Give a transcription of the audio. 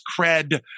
cred